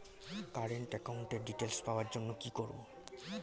Current একাউন্টের details পাওয়ার জন্য কি করব?